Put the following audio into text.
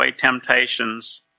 temptations